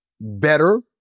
better